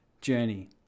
journey